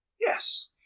Yes